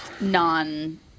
non